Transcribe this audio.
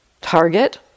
target